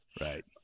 Right